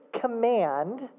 command